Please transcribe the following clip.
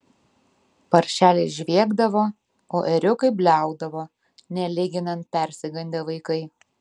paršeliai žviegdavo o ėriukai bliaudavo nelyginant persigandę vaikai